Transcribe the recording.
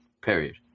period